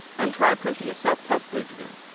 and try printing a self-test page again.